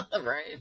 Right